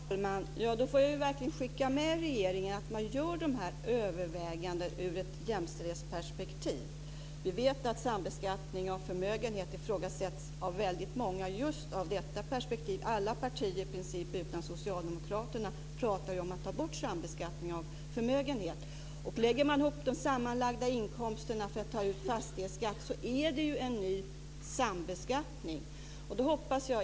Herr talman! Då får jag verkligen skicka med regeringen att den gör dessa överväganden ur ett jämställdhetsperspektiv. Vi vet att sambeskattning av förmögenhet ifrågasätts av väldigt många just ur detta perspektiv. I princip alla partier utom Socialdemokraterna talar om att ta bort sambeskattning av förmögenhet. Lägger man ihop de sammanlagda inkomsterna för att ta ut fastighetsskatt så är det ju en ny sambeskattning.